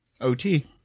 OT